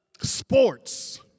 sports